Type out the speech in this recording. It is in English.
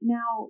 Now